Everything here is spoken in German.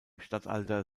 statthalter